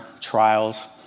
trials